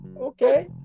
Okay